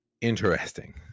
interesting